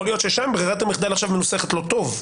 יכול להיות ששם ברירת המחדל מנוסחת לא טוב.